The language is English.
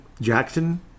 Jackson